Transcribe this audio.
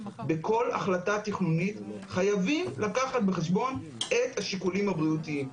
בכל החלטה תכנונית חייבים לקחת בחשבון את השיקולים הבריאותיים.